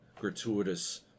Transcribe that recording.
gratuitous